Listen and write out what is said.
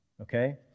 Okay